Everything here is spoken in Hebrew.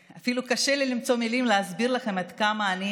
קשה לי אפילו למצוא מילים להסביר לכם עד כמה אני